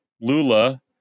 Lula